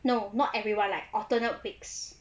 no not everyone like alternate weeks